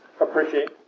appreciate